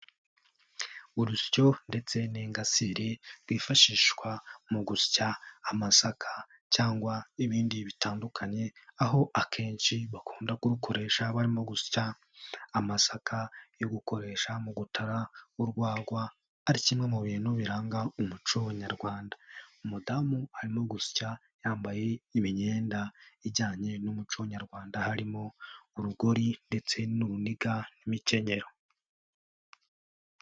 Urusyo ndetse n'ingasire rwifashishwa mu gusya amasaka cyangwa ibindi bitandukanye aho akenshi bakunda kurukoresha barimo gusya amasaka yo gukoresha mu gutara urwagwa ari kimwe mu bintu biranga umuco nyarwanda, umudamu arimo gusya yambaye imyenda ijyanye n'umuco nyarwanda harimo urugori ndetse n'uruniga n'imikenyero.